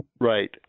Right